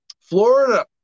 Florida